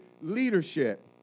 leadership